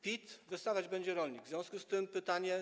PIT wystawiać będzie rolnik, w związku z tym mam pytanie: